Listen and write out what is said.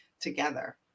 together